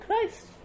Christ